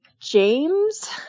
James